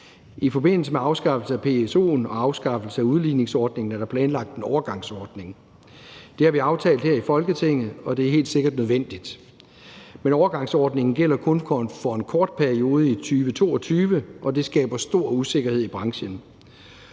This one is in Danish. I forbindelse med afskaffelse af PSO'en og afskaffelse af udligningsordningen er der planlagt en overgangsordning. Det har vi aftalt her i Folketinget, og det er helt sikkert nødvendigt. Men overgangsordningen gælder kun for en kort periode, nemlig i 2022, og det skaber stor usikkerhed i branchen.